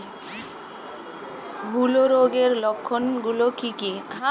হূলো রোগের লক্ষণ গুলো কি কি?